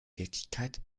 wirklichkeit